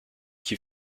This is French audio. qui